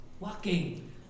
walking